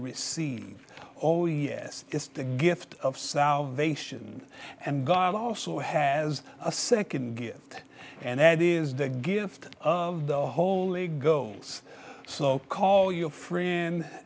receive oh yes just the gift of salvation and god also has a second gift and that is the gift of the whole a girls so call your friend